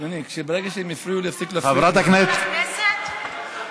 אדוני, ברגע שהם יפריעו לי, חברת הכנסת, לכנסת?